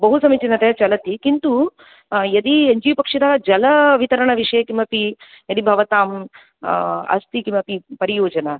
बहुसमीचीनतया चलति किन्तु यदि एन् जि ओ पक्षतः जलवितरणविषये किमपि यदि भवताम् अस्ति किमपि परियोजना